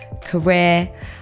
career